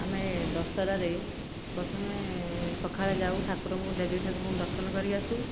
ଆମେ ଦଶହରାରେ ପ୍ରଥମେ ସକାଳେ ଯାଉ ଠାକୁରଙ୍କୁ ଦେବୀ ଠାକୁରଙ୍କୁ ଦର୍ଶନ କରିକି ଆସୁ